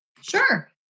Sure